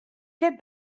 get